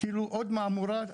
כאילו עוד מעמורה,